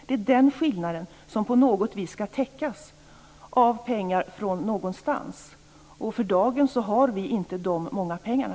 Det är den skillnaden som på något vis skall täckas av pengar från någonstans. För dagen har vi inte de många pengarna.